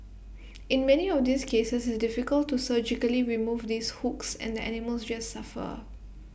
in many of these cases it's difficult to surgically remove these hooks and the animals just suffer